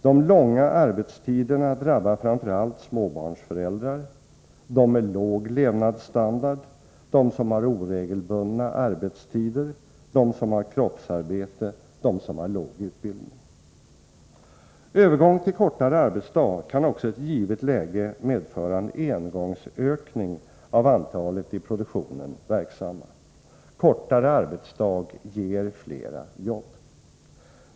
De långa arbetstiderna drabbar framför allt småbarnsföräldrar, dem med låg levnadsstandard, dem som har oregelbundna arbetstider, dem som har kroppsarbete, dem som har låg utbildning. Övergång till kortare arbetsdag kan också i ett givet läge medföra en engångsökning av antalet i produktionen verksamma. Kortare arbetsdag ger flera jobb.